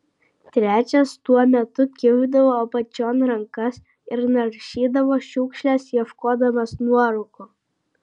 trečias tuo metu kišdavo apačion rankas ir naršydavo šiukšles ieškodamas nuorūkų